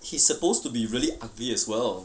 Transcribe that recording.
he's supposed to be really ugly as well